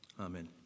Amen